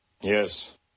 Yes